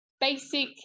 basic